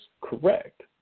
Correct